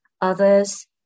others